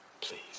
Please